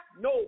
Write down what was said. no